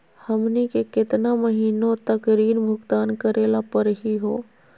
हमनी के केतना महीनों तक ऋण भुगतान करेला परही हो?